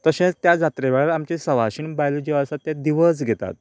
तशेंच त्या जात्रे वेळार आमची सवाशीण बायल ज्यो आसा तें दिवज घेतात